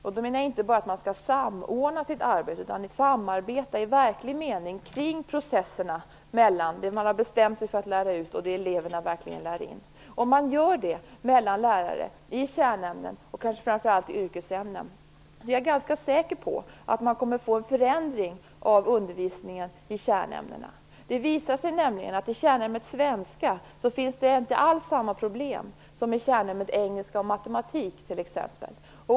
Jag menar inte bara att man skall samordna sitt arbete utan att man skall samarbeta i verklig mening kring det man har bestämt sig för att lära ut till eleverna. Om lärarna samarbetar i kärnämnen och kanske framför allt yrkesämnen kommer man - det är jag ganska säker på - att få en förändring av undervisningen i kärnämnena. Det visar sig nämligen att i kärnämnet svenska finns det inte alls samma problem som t.ex. i kärnämnena engelska och matematik.